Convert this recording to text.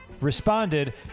responded